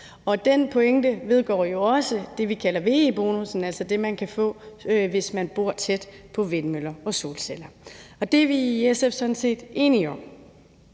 Den pointe vedrører jo også det, vi kalder VE-bonussen, altså det, man kan få, hvis man bor tæt på vindmøller og solceller. Og det er vi i SF sådan set enige i,